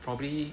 probably